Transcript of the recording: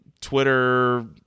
Twitter